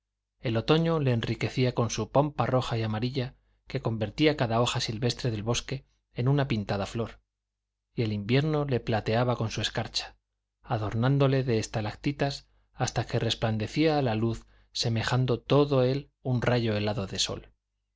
el otoño le enriquecía con su pompa roja y amarilla que convertía cada hoja silvestre del bosque en una pintada flor y el invierno le plateaba con su escarcha adornándole de estalactitas hasta que resplandecía a la luz semejando todo él un rayo helado del sol